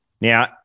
Now